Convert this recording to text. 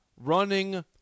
running